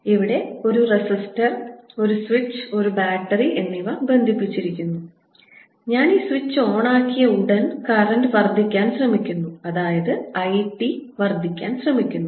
ഞാനിവിടെ ഒരു റെസിസ്റ്റർ ഒരു സ്വിച്ച് ഒരു ബാറ്ററി എന്നിവ ബന്ധിപ്പിച്ചിരിക്കുന്നു ഞാൻ ഈ സ്വിച്ച് ഓണാക്കിയ ഉടൻ കറന്റ് വർദ്ധിക്കാൻ ശ്രമിക്കുന്നു അതായത് I t വർദ്ധിക്കാൻ ശ്രമിക്കുന്നു